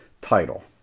title